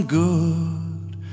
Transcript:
good